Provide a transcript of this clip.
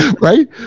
Right